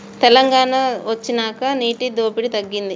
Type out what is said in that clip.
తెలంగాణ వొచ్చినాక నీటి దోపిడి తగ్గింది